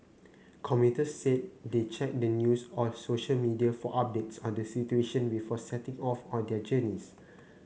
commuters said they checked the news or social media for updates on the situation before setting off on their journeys